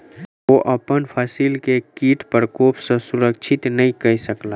ओ अपन फसिल के कीट प्रकोप सॅ सुरक्षित नै कय सकला